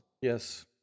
Yes